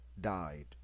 died